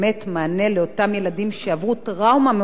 לאותם ילדים שעברו טראומה מאוד קשה,